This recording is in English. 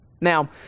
Now